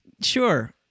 Sure